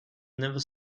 never